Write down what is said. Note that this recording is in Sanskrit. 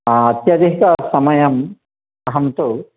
अत्यधिकसमयम् अहं तु